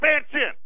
expansion